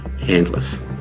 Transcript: handless